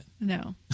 No